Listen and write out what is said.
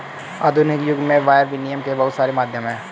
आधुनिक युग में वायर विनियम के बहुत सारे माध्यम हैं